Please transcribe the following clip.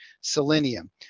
selenium